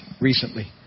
recently